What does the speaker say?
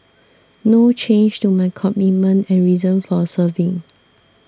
no change to my commitment and reason for serving